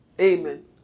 Amen